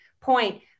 point